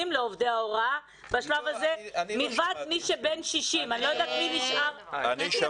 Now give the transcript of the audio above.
לעובדי הוראה בשלב הזה מלבד בני 60. קטי,